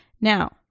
Now